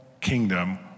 kingdom